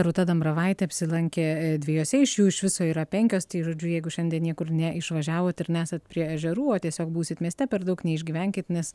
rūta dambravaitė apsilankė dvejose iš jų iš viso yra penkios žodžiu jeigu šiandien niekur neišvažiavot ir nesat prie ežerų o tiesiog būsit mieste per daug neišgyvenkit nes